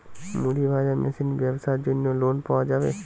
মুড়ি ভাজা মেশিনের ব্যাবসার জন্য লোন পাওয়া যাবে?